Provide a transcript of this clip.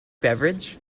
beverage